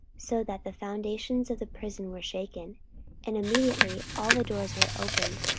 so that the foundations of the prison were shaken and immediately all the doors were opened,